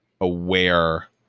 aware